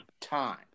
time